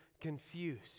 confused